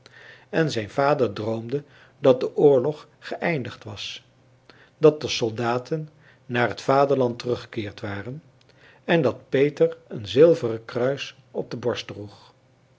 en zijn vader droomde dat de oorlog geëindigd was dat de soldaten naar het vaderland teruggekeerd waren en dat peter een zilveren kruis op de borst droeg